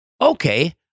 okay